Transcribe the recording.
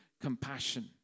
compassion